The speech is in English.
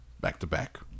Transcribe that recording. back-to-back